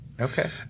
Okay